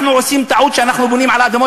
אנחנו עושים טעות שאנחנו בונים על האדמות